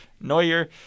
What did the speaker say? Neuer